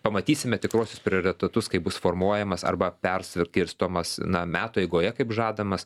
pamatysime tikruosius prioritetus kai bus formuojamas arba perskirstomas na metų eigoje kaip žadamas